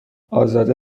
ازاده